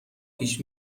پیش